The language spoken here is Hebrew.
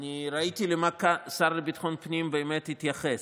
אני ראיתי למה השר לביטחון פנים באמת התייחס,